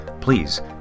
please